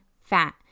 fat